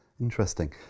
Interesting